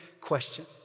question